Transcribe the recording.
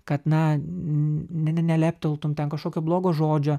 kad na ne nelepteltum ten kažkokio blogo žodžio